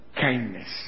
kindness